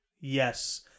yes